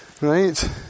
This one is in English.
right